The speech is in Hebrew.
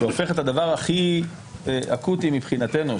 שהופך את הדבר הכי אקוטי מבחינתנו,